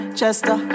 Chester